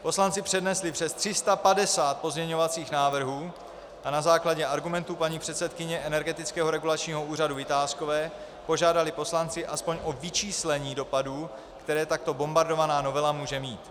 Poslanci přednesli přes 350 pozměňovacích návrhů a na základě argumentů paní předsedkyně Energetického regulačního úřadu Vitáskové požádali poslanci aspoň o vyčíslení dopadů, které takto bombardovaná novela může mít.